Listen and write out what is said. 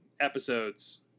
episodes